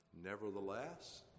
Nevertheless